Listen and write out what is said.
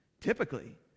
Typically